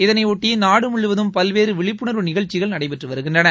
இதனையொட்டி நாடு முழுவதும் பல்வேறு விழிப்புணர்வு நிகழ்ச்சிகள் நடைபெற்று வருகின்றன